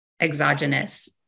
exogenous